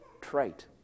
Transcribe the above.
trait